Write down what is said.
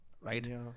right